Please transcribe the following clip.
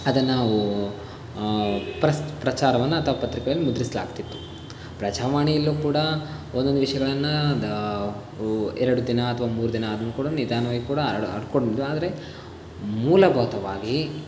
ಅದನ್ನಾವು ಪ್ರಸ್ತ್ ಪ್ರಚಾರವನ್ನು ಅಥವಾ ಪತ್ರಿಕೆನ ಮುದ್ರಿಸಲಾಗ್ತಿತ್ತು ಪ್ರಜಾವಾಣಿಲ್ಲೂ ಕೂಡ ಒಂದೊಂದು ವಿಷಯಗಳನ್ನು ಎರಡು ದಿನ ಅಥವಾ ಮೂರು ದಿನ ಅದ್ನೂ ನಿಧಾನವಾಗಿ ಕೂಡ ಆದರೆ ಮೂಲಭೂತವಾಗಿ